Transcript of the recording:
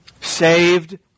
saved